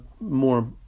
more